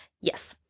Yes